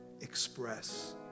express